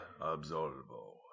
absolvo